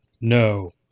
No